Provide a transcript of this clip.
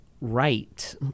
right